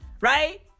Right